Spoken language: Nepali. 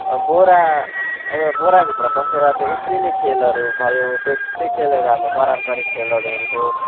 बोरा अब बोराभित्र पसेर त्यो उफ्रिने खेलहरू भयो त्यही त्यही खेलहरू हाम्रो पारम्परिक खेलहरू हुन्थ्यो